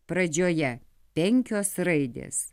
pradžioje penkios raidės